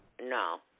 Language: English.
No